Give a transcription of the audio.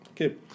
Okay